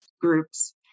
groups